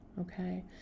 Okay